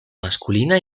masculina